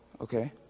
okay